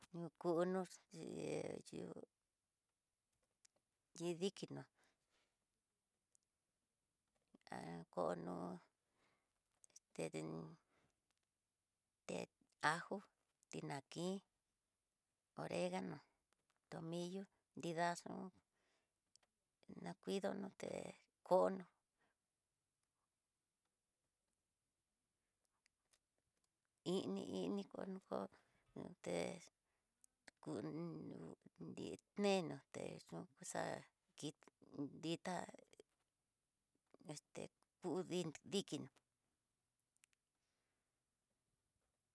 No'o yunu yeyú, nridikinó kono este dén, té ajo tina kin, oregano tomillo nrida xon nakuidono nruté ko'o no, ini ini tu né ko, té ku noni tená techu kuxa kí ditá ku di dikinó.